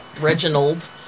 Reginald